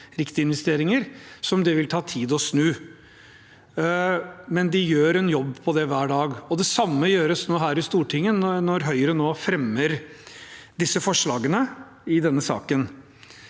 riktige investeringer. Det vil det ta tid å snu, men de gjør en jobb med det hver dag. Det samme gjøres her i Stortinget, når Høyre nå fremmer forslagene i denne saken.